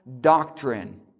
doctrine